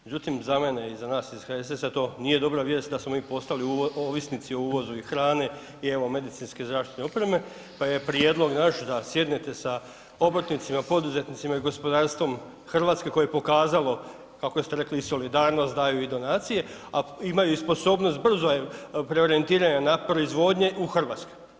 Međutim za mene i za nas iz HSS-a to nije dobra vijest da smo mi postali ovisnici o uvozu i hrane i evo medicinske zaštitne opreme, pa je prijedlog naš da sjednete sa obrtnicima, poduzetnicima i gospodarstvom Hrvatske koje je pokazalo kako ste rekli i solidarnost, daju i donacije, a imaju i sposobnost brzog preorijentiranja na proizvodnje u Hrvatskoj.